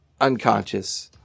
unconscious